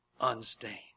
unstained